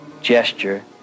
gesture